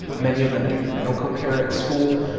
and many of them get medical care at school,